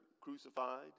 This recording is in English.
crucified